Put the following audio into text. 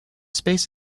space